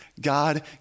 God